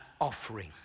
offering